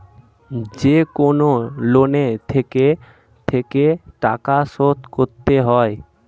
যেকনো লোনে থেকে থেকে টাকা শোধ করতে হয়